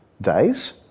days